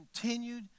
continued